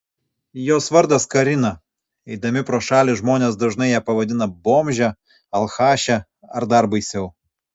jos vardas karina eidami pro šalį žmonės dažnai ją pavadina bomže alchaše ar dar baisiau